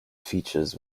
features